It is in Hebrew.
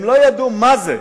הם לא ידעו מה זה.